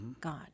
God